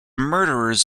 murderers